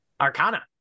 Arcana